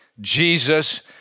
Jesus